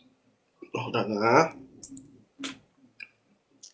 hold on ah